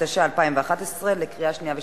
התשע"א 2011, לקריאה שנייה ושלישית.